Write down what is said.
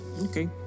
Okay